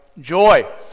Joy